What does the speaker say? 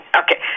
okay